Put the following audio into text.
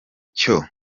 cyo